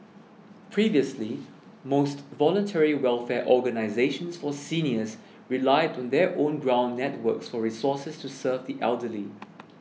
previously most voluntary welfare organisations for seniors relied on their own ground networks for resources to serve the elderly